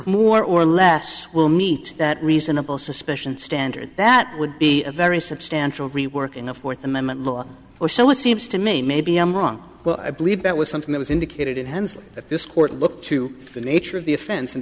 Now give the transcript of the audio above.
more or less will meet that reasonable suspicion standard that would be a very substantial reworking of fourth amendment law or so it seems to me maybe i'm wrong but i believe that was something that was indicated in hensley that this court looked to the nature of the offense